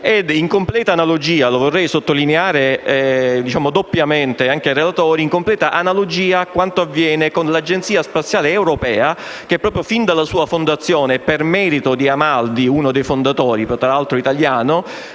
in completa analogia - lo vorrei sottolineare doppiamente anche ai relatori - con quanto avviene con l'Agenzia spaziale europea, che fin dalla sua fondazione, per merito di Amaldi, uno dei suoi fondatori (tra l'altro italiano),